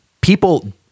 people